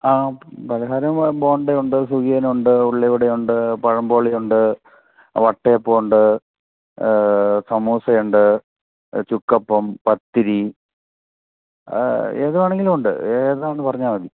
പലഹാരം ബോണ്ട ഉണ്ട് സുഖിയൻ ഉണ്ട് ഉള്ളിവടയുണ്ട് പഴംബോളി ഉണ്ട് വട്ടയപ്പമുണ്ട് സമൂസയുണ്ട് ചുക്കപ്പം പത്തിരി ഏത് വേണെങ്കിലും ഉണ്ട് ഏതാന്ന് പറഞ്ഞാൽ മതി